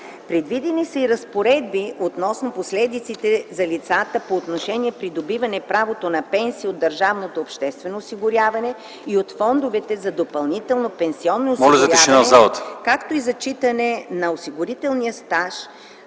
Предвидени са и разпоредби относно последиците за лицата по отношение придобиване право на пенсия от държавното обществено осигуряване и от фондовете за допълнително пенсионно осигуряване, както и зачитане на осигурителен стаж